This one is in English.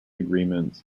agreements